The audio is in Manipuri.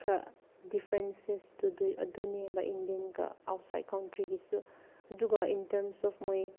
ꯈꯔ ꯗꯤꯐꯔꯦꯟꯁꯦꯁꯇꯨꯗꯨ ꯑꯗꯨꯅꯦꯕ ꯏꯟꯗꯤꯌꯥꯟꯒ ꯑꯥꯎꯠꯁꯥꯏꯠ ꯀꯟꯇ꯭ꯔꯤꯒꯤꯁꯨ ꯑꯗꯨꯒ ꯏꯟ ꯇꯥꯔꯝꯁ ꯑꯣꯐ ꯃꯣꯏ